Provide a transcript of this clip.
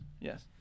Yes